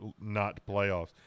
not-playoffs